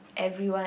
everyone